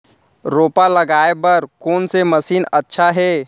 रोपा लगाय बर कोन से मशीन अच्छा हे?